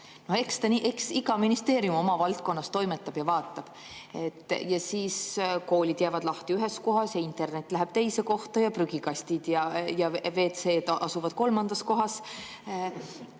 Eks iga ministeerium oma valdkonnas toimetab ja vaatab. Siis jäävad koolid lahti ühes kohas ja internet läheb teise kohta ja prügikastid ja WC‑d asuvad kolmandas kohas.